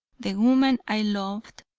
the woman i loved,